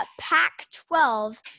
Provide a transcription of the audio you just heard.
Pac-12